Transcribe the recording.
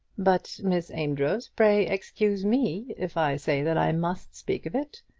but, miss amedroz, pray excuse me if i say that i must speak of it.